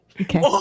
Okay